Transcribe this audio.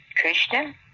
Christian